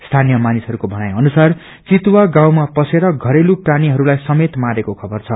स्यानीय मानिसहरूको भनाई अनुसार वितुवा गाऊँमा पसेर घरेलु प्राणीहरू लाई समेत मारेको खबर छ